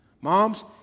Moms